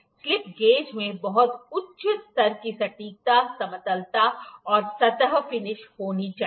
slip gauge में बहुत उच्च स्तर की सटीकता समतलता और सतह फिनिश होनी चाहिए